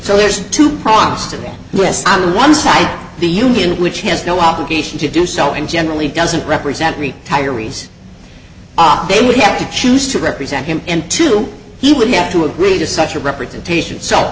so there's two possible with on the one side the union which has no obligation to do so and generally doesn't represent retirees op they would have to choose to represent him and two he would have to agree to such a representation s